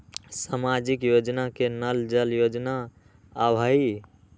सामाजिक योजना में नल जल योजना आवहई?